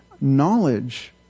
Knowledge